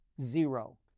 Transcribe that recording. zero